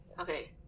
Okay